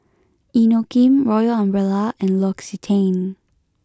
Inokim Royal Umbrella and L'Occitane